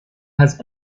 has